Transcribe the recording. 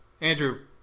Andrew